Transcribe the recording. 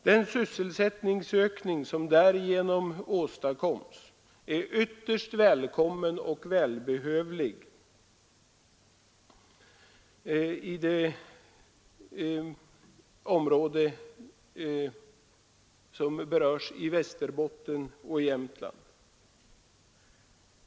Den sysselsättningsökning som därigenom åstadkommes är ytterst välkommen och välbehövlig i det område, som berörs i Västerbotten och Jämtland.